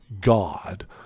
God